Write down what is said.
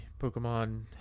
Pokemon